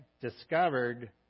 discovered